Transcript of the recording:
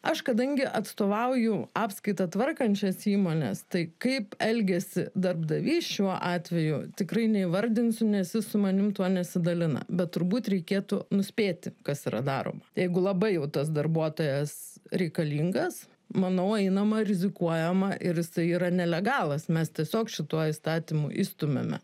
aš kadangi atstovauju apskaitą tvarkančios įmonės tai kaip elgiasi darbdavys šiuo atveju tikrai neįvardinsiu nes jis su manim tuo nesidalina bet turbūt reikėtų nuspėti kas yra daroma jeigu labai jau tas darbuotojas reikalingas manau einama rizikuojama ir jisai yra nelegalas mes tiesiog šituo įstatymu išstumiame